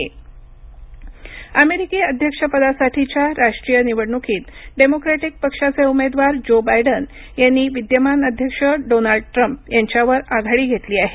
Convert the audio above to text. America निवडणक अमेरिकी अध्यपदासाठीच्या राष्ट्रीय निवडणुकीत डेमोक्रॅटिक पक्षाचे उमेदवार जो बायडन यांनी विद्यमान अध्यक्ष डोनाल्ड ट्रम्प यांच्यावर आघाडी घेतली आहे